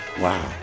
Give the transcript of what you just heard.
Wow